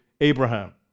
Abraham